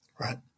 Right